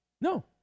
No